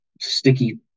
sticky